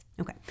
Okay